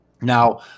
Now